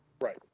Right